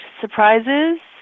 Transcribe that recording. surprises